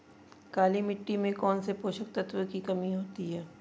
काली मिट्टी में कौनसे पोषक तत्वों की कमी होती है?